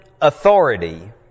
authority